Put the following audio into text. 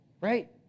Right